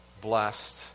blessed